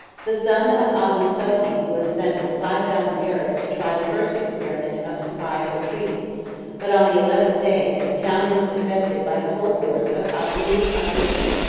the son of abu sophian was sent with five thousand arabs to try the first experiment of surprise or treaty but on the eleventh day, the town was invested by the whole force of abu obeidah.